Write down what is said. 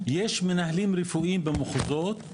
יש מנהלים רפואיים בכל הקופות,